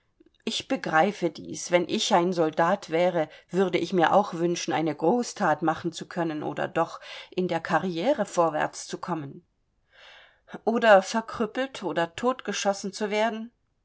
ich begreife dies wenn ich ein soldat wäre würde ich mir auch wünschen eine großthat machen zu können oder doch in der karriere vorwärts zu kommen oder verkrüppelt oder totgeschossen zu werden